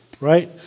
right